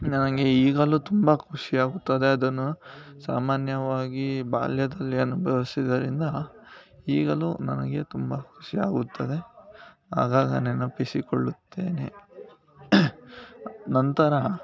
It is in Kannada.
ನನಗೆ ಈಗಲೂ ತುಂಬ ಖುಷಿಯಾಗುತ್ತದೆ ಅದನ್ನು ಸಾಮಾನ್ಯವಾಗಿ ಬಾಲ್ಯದಲ್ಲಿ ಅನುಭವಿಸಿದ್ದರಿಂದ ಈಗಲೂ ನನಗೆ ತುಂಬ ಖುಷಿಯಾಗುತ್ತದೆ ಆಗಾಗ ನೆನಪಿಸಿಕೊಳ್ಳುತ್ತೇನೆ ನಂತರ